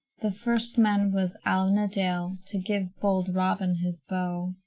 the first man was allen-a-dale, to give bold robin his bow.